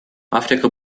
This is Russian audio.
африка